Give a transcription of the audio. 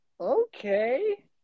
Okay